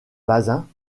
bazin